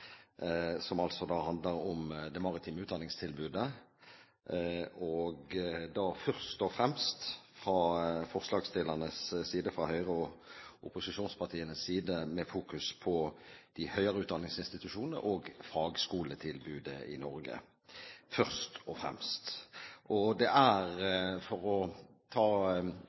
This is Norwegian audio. handler om det maritime utdanningstilbudet og da først og fremst forslagstillernes – Høyre og opposisjonspartienes – fokus på de høyere utdanningsinstitusjonene og fagskoletilbudet i Norge. For å ta opp tråden fra Marianne Aasens innlegg: Det er Høyres oppfatning at staten burde beholdt ansvaret for